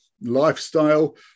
Lifestyle